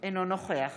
אינו נוכח